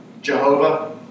Jehovah